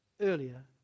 earlier